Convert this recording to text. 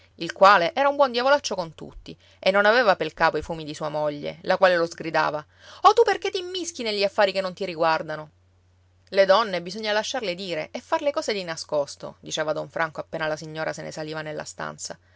il quale era un buon diavolaccio con tutti e non aveva pel capo i fumi di sua moglie la quale lo sgridava o tu perché t'immischi negli affari che non ti riguardano le donne bisogna lasciarle dire e far le cose di nascosto diceva don franco appena la signora se ne saliva nella stanza